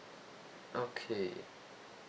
okay